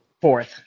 Fourth